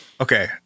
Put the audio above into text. Okay